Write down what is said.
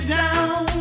down